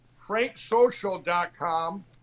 franksocial.com